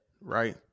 right